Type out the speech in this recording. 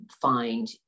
find